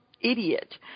idiot